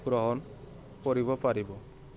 গ্ৰহণ কৰিব পাৰিব